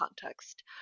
context